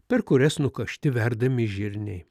per kurias nukašti verdami žirniai